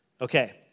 Okay